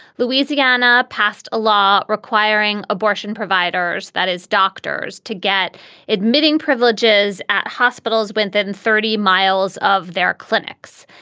louisiana passed a law requiring abortion providers, that is doctors to get admitting privileges at hospitals, went that in thirty miles of their clinics.